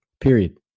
period